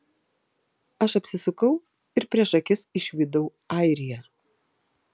aš apsisukau ir prieš akis išvydau airiją